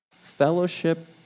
fellowship